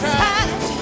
touch